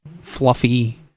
fluffy